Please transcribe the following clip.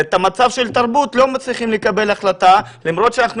במצב של התרבות לא מצליחים לקבל החלטה למרות שאנחנו